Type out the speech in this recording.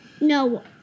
No